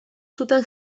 zuten